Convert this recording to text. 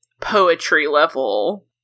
poetry-level